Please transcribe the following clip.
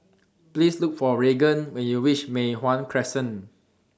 Please Look For Regan when YOU REACH Mei Hwan Crescent